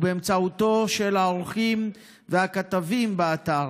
ובאמצעותו על העורכים והכתבים באתר,